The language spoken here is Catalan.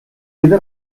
queda